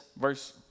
verse